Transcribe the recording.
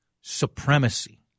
supremacy